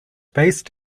based